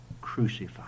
crucified